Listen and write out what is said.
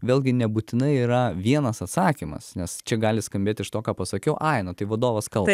vėlgi nebūtinai yra vienas atsakymas nes čia gali skambėti iš to ką pasakiau ai nu tai vadovas kaltas